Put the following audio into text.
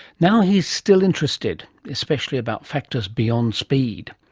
now he's still interested, especially about factors beyond speed.